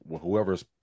whoever's